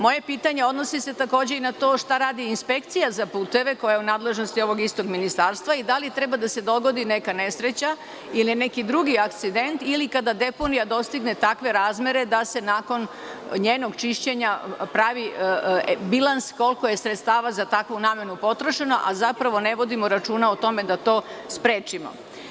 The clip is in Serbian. Moje pitanje odnosi se takođe i na to šta radi Inspekcija za puteve koja je u nadležnosti ovog istog Ministarstva i da li treba da se dogodi neka nesreća ili neki drugi incident ili kada deponija dostigne takve razmere da se nakon njenog čišćenja pravi bilans koliko je sredstava za takvu namenu potrošeno, a zapravo ne vodimo računa da to sprečimo?